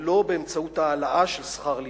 ולא באמצעות העלאה של שכר לימוד.